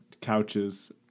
couches